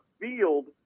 field